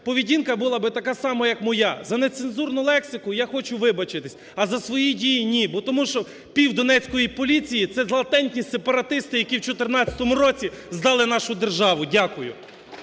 поведінка була б така сама, як моя. За нецензурну лексику я хочу вибачитись, а за свої дії – ні. Тому що пів-донецької поліції – це латентні сепаратисти, які у 14-му році здали нашу державу. Дякую.